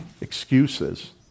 excuses